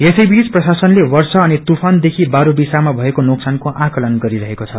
यसैबीच प्रशासनले वर्षा अनि तुफानदेखि बारोविसामा भएको नोक्सानको आकंलन गरिरहेको छ